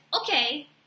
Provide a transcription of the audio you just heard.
okay